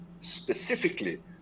specifically